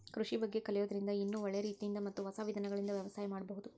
ಕೃಷಿ ಬಗ್ಗೆ ಕಲಿಯೋದ್ರಿಂದ ಇನ್ನೂ ಒಳ್ಳೆ ರೇತಿಯಿಂದ ಮತ್ತ ಹೊಸ ವಿಧಾನಗಳಿಂದ ವ್ಯವಸಾಯ ಮಾಡ್ಬಹುದು